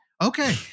Okay